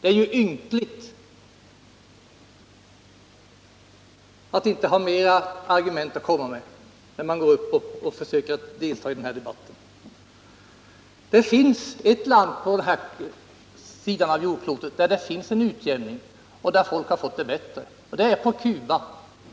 Det är ynkligt att inte ha mera argument att komma med när man går upp och försöker delta i den här debatten! Det finns ett land på denna sida jordklotet där man fått en utjämning och där befolkningen fått det bättre. Det är Cuba